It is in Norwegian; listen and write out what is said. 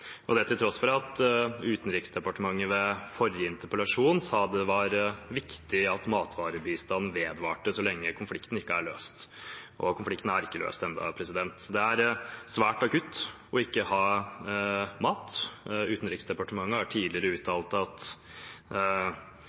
til tross for at Utenriksdepartementet ved forrige interpellasjon sa at det var viktig at matvarebistanden vedvarte så lenge konflikten ikke er løst – og konflikten er ennå ikke løst. Det er svært akutt ikke å ha mat. Utenriksdepartementet har tidligere uttalt at